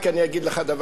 ידידי שר האוצר.